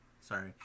sorry